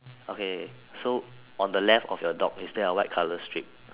okay so on the left of your dog is there a white colour strip